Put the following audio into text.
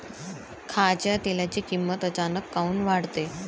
खाच्या तेलाची किमत अचानक काऊन वाढते?